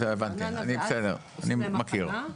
את זה הבנתי, בסדר, אני מכיר.